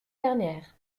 dernière